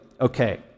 Okay